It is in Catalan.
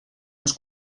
ens